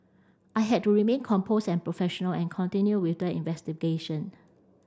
I had to remain composed and professional and continue with the investigation